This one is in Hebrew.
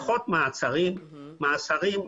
פחות מעצרים, מאסרים,